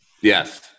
Yes